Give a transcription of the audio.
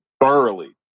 thoroughly